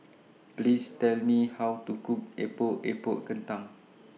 Please Tell Me How to Cook Epok Epok Kentang